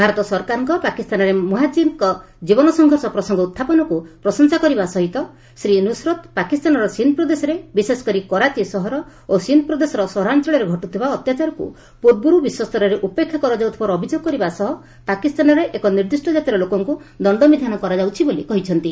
ଭାରତ ସରକାରଙ୍କର ପାକିସ୍ତାନରେ ମୁଜାହିର୍ଙ୍କ ଜୀବନ ସଂଘର୍ଷ ପ୍ରସଙ୍ଗ ଉତ୍ଥାପନକୁ ପ୍ରଶଂସା କରିବା ସହିତ ଶ୍ରୀ ନୁସ୍ରତ୍ ପାକିସ୍ତାନର ସିନ୍ଧ୍ ପ୍ରଦେଶରେ ବିଶେଷ କରି କରାଚି ସହର ଓ ସିନ୍ଧ୍ ପ୍ରଦେଶର ସହରାଞ୍ଚଳରେ ଘଟୁଥିବା ଅତ୍ୟାଚାରକୁ ପୂର୍ବରୁ ବିଶ୍ୱସ୍ତରରେ ଉପେକ୍ଷା କରାଯାଉଥିବାର ଅଭିଯୋଗ କରିବା ସହ ପାକିସ୍ତାନରେ ଏକ ନିର୍ଦ୍ଦିଷ୍ଟ କାତିର ଲୋକଙ୍କୁ ଦଣ୍ଡବିଧାନ କରଯାଉଛି ବୋଲି କହିଛନ୍ତି